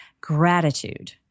gratitude